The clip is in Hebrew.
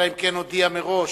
אלא אם כן הודיע מראש,